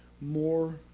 more